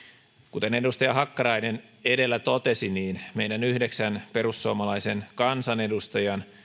kuten edustaja hakkarainen edellä totesi meidän yhdeksän perussuomalaisen kansanedustajan